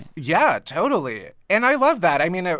yeah, totally. and i love that. i mean, ah